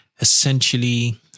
essentially